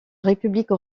république